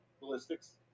Ballistics